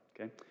okay